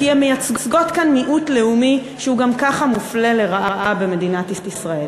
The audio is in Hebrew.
כי הן מייצגות כאן מיעוט לאומי שהוא גם ככה מופלה לרעה במדינת ישראל,